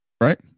Right